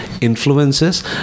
influences